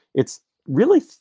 it's really,